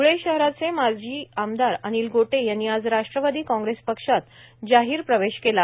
ध्ळे शहराचे माजी आमदार अनिल गोटे यांनी आज राष्ट्रवादी काँग्रेस पक्षात जाहिर प्रवेश केला